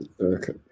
Okay